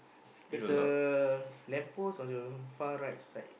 there's a lamp post on the far right side